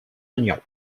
oignons